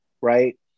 right